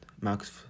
Max